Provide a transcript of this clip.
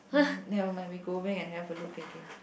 ah never mind we go back and have a look again